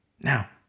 Now